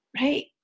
right